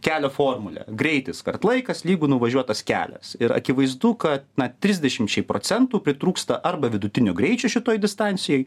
kelio formulę greitis kart laikas lygu nuvažiuotas kelias ir akivaizdu kad na trisdešimčiai procentų pritrūksta arba vidutinio greičio šitojo distancijojo